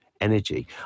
energy